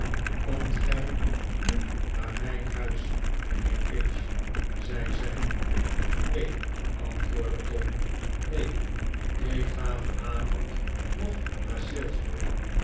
komt gij nu naar mijn huis mijnheer pinch zei zij neen antwoordde tom neen ik ga vanavond nog naar